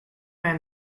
man